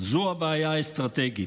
הוא הבעיה האסטרטגית.